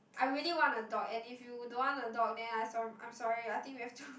I really want a dog and if you don't want a dog then I'm so~ I'm sorry I think we have to